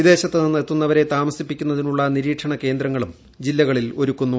വിദേശത്ത് നിന്ന് എത്തുന്നവരെ താമസിപ്പിക്കുന്ന്തിനുള്ള നിരീക്ഷണ കേന്ദ്രങ്ങളും ജില്ലകളിൽ ഒരുക്കുന്നു